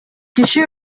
киши